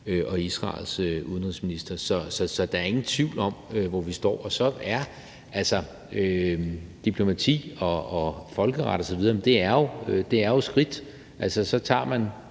og Israels udenrigsminister. Så der er ingen tvivl om, hvor vi står. Diplomati og folkeret osv. er jo skridt – altså, så tager man